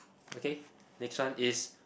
okay next one is